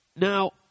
Now